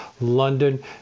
London